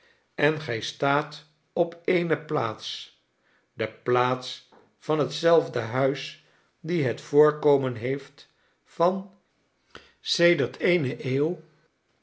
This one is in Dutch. en gij staat op eene plaats de plaats van hetzelfde huis die het voorkomen heeft van sedert eene eeuw